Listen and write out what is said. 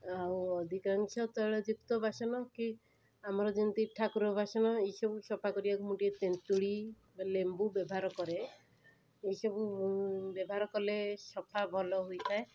ଆଉ ଅଧିକାଂଶ ତୈଳଯୁକ୍ତ ବାସନ କି ଆମର ଯେମିତ ଠାକୁର ବାସନ ଏଇସବୁ ସଫା କରିବାକୁ ମୁଁ ଟିକିଏ ତେନ୍ତୁଳି ବା ଲେମ୍ବୁ ବ୍ୟବହାରକରେ ଏଇସବୁ ବ୍ୟବହାର କଲେ ସଫା ଭଲ ହୋଇଥାଏ